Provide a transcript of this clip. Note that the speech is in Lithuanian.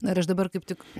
na ir aš dabar kaip tik